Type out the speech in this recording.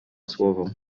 słowo